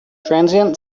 transient